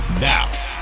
now